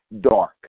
dark